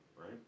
right